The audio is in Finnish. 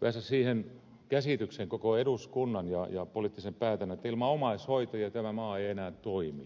päästä siihen käsitykseen koko eduskunnan ja poliittisen päätännän että ilman omaishoitajia tämä maa yksinkertaisesti ei enää toimi